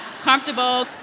comfortable